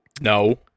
No